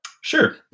Sure